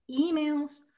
emails